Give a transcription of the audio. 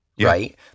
right